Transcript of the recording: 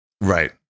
Right